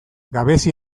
gabezi